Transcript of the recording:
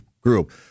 group